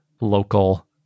local